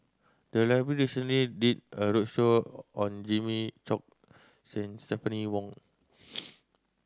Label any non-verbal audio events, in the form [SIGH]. the library recently did a roadshow on Jimmy Chok [UNINTELLIGIBLE] Stephanie Wong